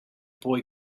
boy